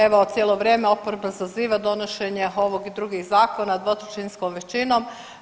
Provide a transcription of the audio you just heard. Evo, cijelo vrijeme oporba zaziva donošenje ovog i drugih zakona dvotrećinskom većinom.